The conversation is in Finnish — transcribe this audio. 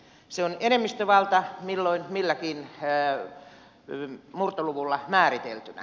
se on enemmistövaltaa milloin milläkin murtoluvulla määriteltynä